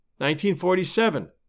1947